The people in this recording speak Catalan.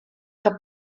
que